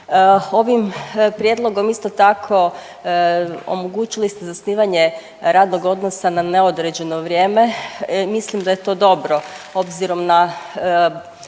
Ovim prijedlogom isto tako omogućili ste zasnivanje radnog odnosa na neodređeno vrijeme, mislim da je to dobro obzirom na